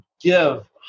give